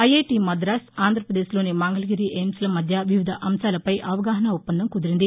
IIT Madras ఆంధ్రప్రదేశ్లోని మంగళగిరి ఎయిమ్స్ల మధ్య వివిధ అంశాలపై అవగాహన ఒప్పందం కుదిరింది